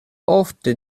ofte